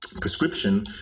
prescription